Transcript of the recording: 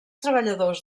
treballadors